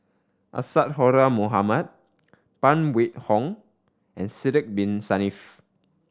Isadhora Mohamed Phan Wait Hong and Sidek Bin Saniff